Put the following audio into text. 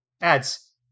Ads